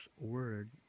word